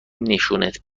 نشونت